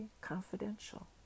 Confidential